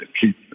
keep